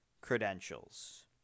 credentials